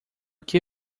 que